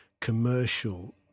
commercial